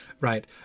Right